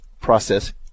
process